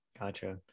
Gotcha